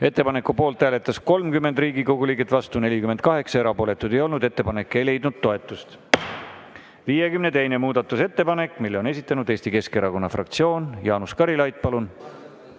Ettepaneku poolt hääletas 30 Riigikogu liiget, vastu oli 48, erapooletuid ei olnud. Ettepanek ei leidnud toetust. 52. muudatusettepanek. Selle on esitanud Eesti Keskerakonna fraktsioon. Jaanus Karilaid, palun!